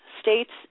states